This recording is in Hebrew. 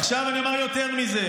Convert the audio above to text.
עכשיו אני אומר יותר מזה.